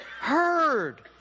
heard